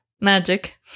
magic